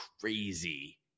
crazy